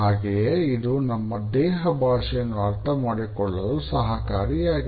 ಹಾಗೆಯೇ ಇದು ನಮ್ಮ ದೇಹ ಭಾಷೆಯನ್ನು ಅರ್ಥ ಮಾಡಿಕೊಳ್ಳಲು ಸಹಕಾರಿಯಾಗಿದೆ